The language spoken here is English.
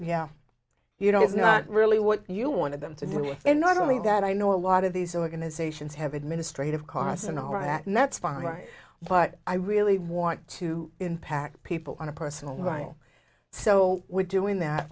yeah you know it's not really what you want them to do and not only that i know a lot of these organizations have administrative costs and all that and that's fine but i really want to impact people on a personal right so we're doing that